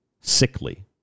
sickly